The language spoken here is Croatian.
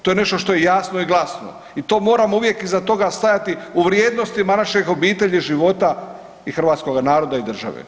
To je nešto što je jasno i glasno i to moramo uvijek iza toga stajati u vrijednostima naših obitelji, života i Hrvatskoga naroda i države.